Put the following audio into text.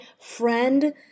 friend